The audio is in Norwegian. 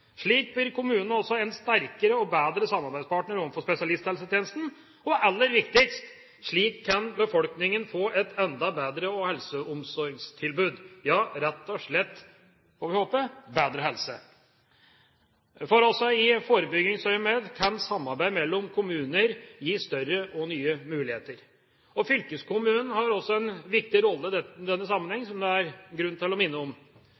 Slik blir kommunene også sterkere og bedre samarbeidspartnere overfor spesialisthelsetjenesten, og aller viktigst: Slik kan befolkningen få et enda bedre helse- og omsorgstilbud – ja, rett og slett, får vi håpe, bedre helse. For også i forebyggingsøyemed kan samarbeid mellom kommuner gi større og nye muligheter. Fylkeskommunene har også en viktig rolle i denne sammenhengen, som det er grunn til å minne om,